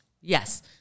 Yes